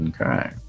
Okay